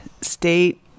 state